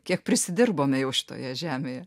kiek prisidirbome jau šitoje žemėje